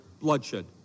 bloodshed